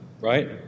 right